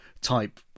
type